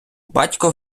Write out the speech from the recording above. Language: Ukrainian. батько